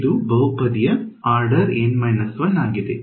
ಇದು ಬಹುಪದೀಯ order N 1 ಆಗಿದೆ